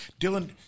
Dylan